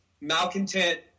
malcontent